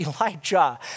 Elijah